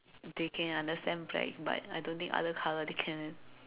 they can understand black but I don't think other colour they can